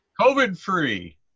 COVID-free